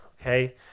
okay